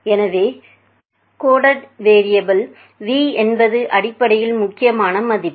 எனவே coded variable v என்பது அடிப்படையில் முக்கியமான மதிப்பு